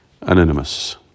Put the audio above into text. Anonymous